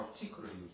particularly